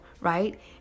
right